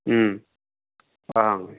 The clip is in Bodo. ओं